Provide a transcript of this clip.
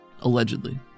Allegedly